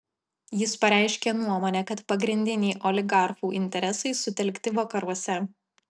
jis pareiškė nuomonę kad pagrindiniai oligarchų interesai sutelkti vakaruose